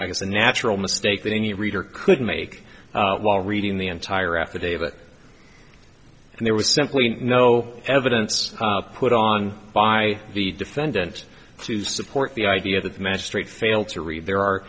i guess a natural mistake that any reader could make while reading the entire affidavit and there was simply no evidence put on by the defendant to support the idea that the magistrate failed to read there are